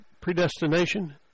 predestination